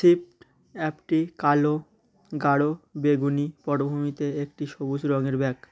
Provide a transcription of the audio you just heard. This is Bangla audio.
শিফট অ্যাপটি কালো গাঢ় বেগুনি পরভূমিতে একটি সবুজ রঙয়ের ব্যাগ